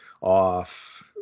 off